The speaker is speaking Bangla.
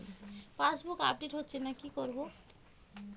পাসবুক আপডেট হচ্ছেনা কি করবো?